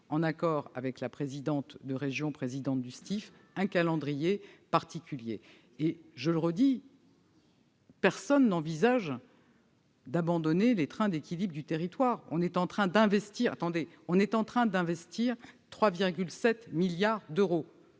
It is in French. en accord avec la présidente de région et présidente du STIF. Je le redis, personne n'envisage d'abandonner les trains d'équilibre du territoire. On est en train d'investir 3,7 milliards d'euros